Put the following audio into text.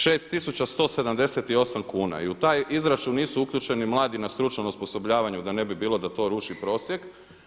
6 tisuća 178 kuna i u taj izračun nisu uključeni mladi na stručnom osposobljavanju, da ne bi bilo da to ruši prosjek.